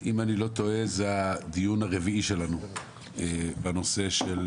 אם אני לא טועה זה הדיון הרביעי שלנו בנושא של